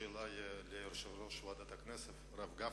שאלה לי ליושב-ראש ועדת הכנסת, הרב גפני.